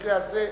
במקרה הזה,